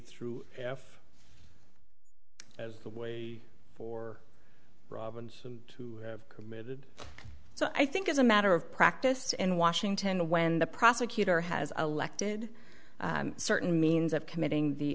through as a way for robinson to have committed so i think as a matter of practice in washington when the prosecutor has a lek did certain means of committing the